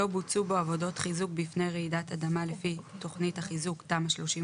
בוצעו בו עבודות חיזוק בפני רעידת אדמה לפי תכנית החיזוק (תמ"א 38)